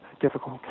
difficult